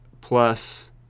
plus